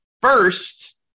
first